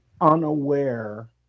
unaware